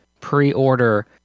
pre-order